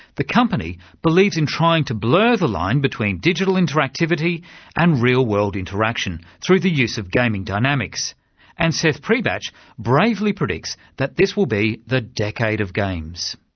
the company believes in trying to blur the line between digital interactivity and real-world interaction, through the use of gaming dynamics and seth priebatsch bravely predicts that this will be the decade of games.